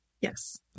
yes